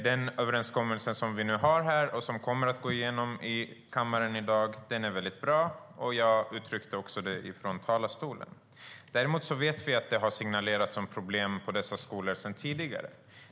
Den överenskommelse som finns här och som kommer att gå igenom i kammaren i dag är bra, och jag uttryckte det också från talarstolen. Men vi vet att det har kommit signaler om problem på dessa skolor tidigare.